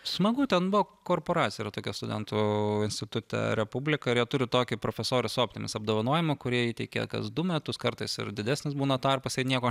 smagu ten buvo korporacija yra tokia studentų institute republika ir jie turi tokį profesoris optinis apdovanojimą kurį jie įteikia kas du metus kartais ir didesnis būna tarpas jie nieko